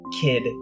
kid